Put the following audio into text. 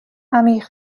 عمیق